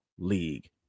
league